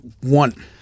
one